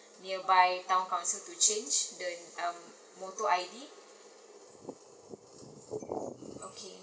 nearby town council to change the um motor I_D